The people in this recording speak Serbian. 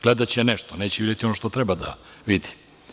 Gledaće nešto, ali neće videti ono što treba da vidi.